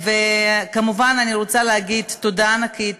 כמובן, אני רוצה להגיד תודה ענקית